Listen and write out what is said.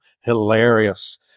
hilarious